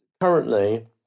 currently